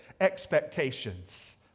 expectations